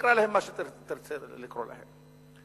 תקרא להם מה שתרצה לקרוא להם.